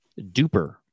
Duper